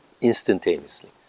instantaneously